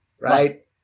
Right